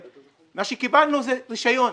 מה שקיבלנו, זה רישיון.